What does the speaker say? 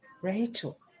Rachel